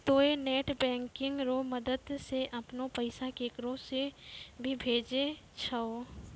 तोंय net banking रो मदद से अपनो पैसा केकरो भी भेजै पारै छहो